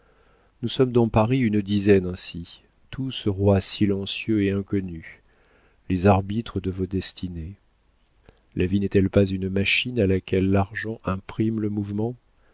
nous sommes dans paris une dizaine ainsi tous rois silencieux et inconnus les arbitres de vos destinées la vie n'est-elle pas une machine à laquelle l'argent imprime le mouvement